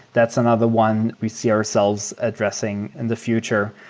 that's another one we see ourselves addressing in the future.